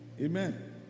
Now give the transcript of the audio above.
Amen